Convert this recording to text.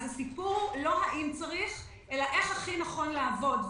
הסיפור הוא לא אם צריך אלא איך הכי נכון לעבוד.